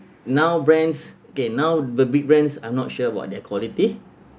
now brands kay now the big brands I'm not sure about their quality